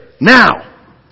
now